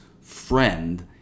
friend